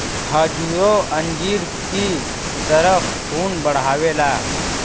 खजूरो अंजीर की तरह खून बढ़ावेला